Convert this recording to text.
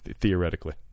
theoretically